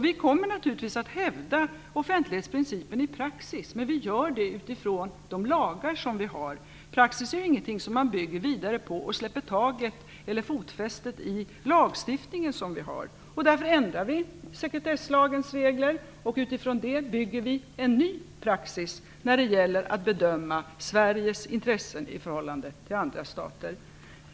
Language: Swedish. Vi kommer naturligtvis att hävda offentlighetsprincipen i praxis, men vi gör det utifrån de lagar vi har. Man släpper inte helt och hållet taget om lagstiftningen för att bygga vidare på praxis. Därför ändrar vi sekretesslagens regler. Utifrån dem bygger vi en ny praxis när det gäller att bedöma Sveriges intressen i förhållande till andra stater.